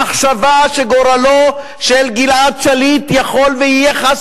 המחשבה שגורלו של גלעד שליט יכול להיות חס